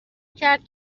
کرد